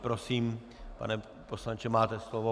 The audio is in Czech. Prosím, pane poslanče, máte slovo.